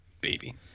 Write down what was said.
Baby